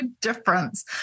difference